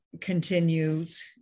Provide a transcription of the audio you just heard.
continues